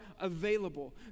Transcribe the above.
available